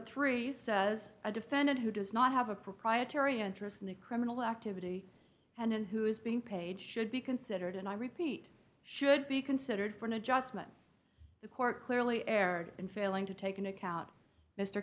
three says a defendant who does not have a proprietary interest in the criminal activity and who is being paid should be considered and i repeat should be considered for an adjustment the court clearly erred in failing to take into account mr